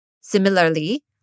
Similarly